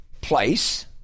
place